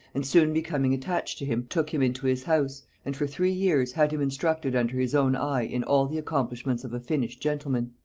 and soon becoming attached to him, took him into his house, and for three years had him instructed under his own eye in all the accomplishments of a finished gentleman.